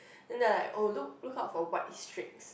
and their like oh look look out for white streaks